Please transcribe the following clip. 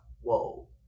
Whoa